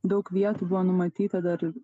daug vietų buvo numatyta dar